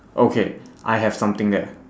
okay I have something there